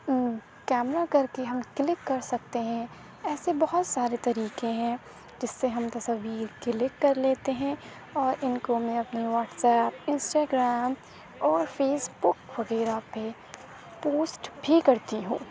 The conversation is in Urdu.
کیمرہ کر کے ہم کلک کر سکتے ہیں ایسے بہت سارے طریقے ہیں جس سے ہم تصویر کلک کر لیتے ہیں اور ان کو میں اپنے واٹس ایپ انسٹاگرام اور فیس بک وغیرہ پہ پوسٹ بھی کرتی ہوں